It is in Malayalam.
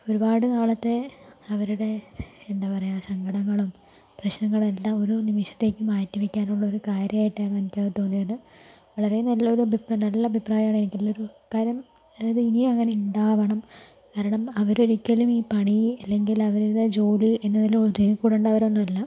ഒരുപാട് കാലത്തെ അവരുടെ എന്താ പറയുക സങ്കടങ്ങളും പ്രശ്നങ്ങളും എല്ലാ ഒരു നിമിഷത്തേക്ക് മാറ്റി വയ്ക്കാനുള്ള ഒരു കാര്യമായിട്ടാണ് എനിക്കത് തോന്നിയത് വളരെ നല്ലൊരു അഭി നല്ലഭിപ്രായാണ് എനിക്ക് അതിലൊരു കാരണം അതായത് ഇനി അങ്ങനെ ഉണ്ടാകണം കാരണം അവരൊരിക്കലും ഈ പണി അല്ലങ്കിൽ അവരുടെ ജോലി എന്നതില് ഒതുങ്ങി കൂടേണ്ടവരൊന്നുമല്ല